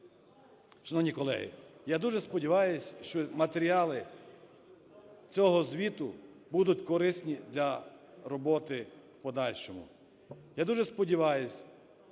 Шановні колеги, я дуже сподіваюся, що матеріали цього звіту будуть корисні для роботи в подальшому.